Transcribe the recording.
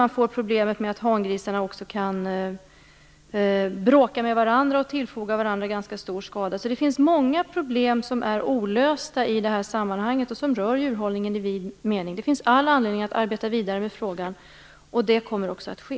Man får problemet att hangrisarna också kan bråka med varandra och tillfoga varandra ganska stor skada. Det finns många problem som är olösta i det här sammanhanget och som rör djurhållningen i vid mening. Det finns all anledning att arbeta vidare med frågan. Det kommer också att ske.